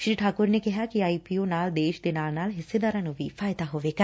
ਸ੍ਰੀ ਠਾਕੁਰ ਨੇ ਕਿਹਾ ਕਿ ਆਈ ਪੀ ਓ ਨਾਲ ਦੇਸ਼ ਦੇ ਨਾਲ ਨਾਲ ਹਿੱਸੇਦਾਰਾਂ ਨੂੰ ਵੀ ਫਾਇਦਾ ਹੋਵੇਗਾ